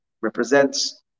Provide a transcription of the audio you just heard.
represents